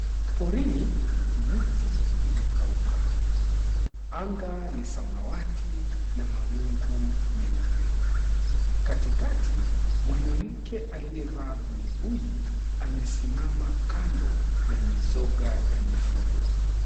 Porini miti imekauka, anga ni samawati na mawingu meupe. Katikati mwanamke aliyevaa buibui amesimama kando ya mizoga ya mifugo.